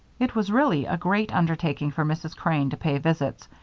it was really a great undertaking for mrs. crane to pay visits,